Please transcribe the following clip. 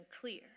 clear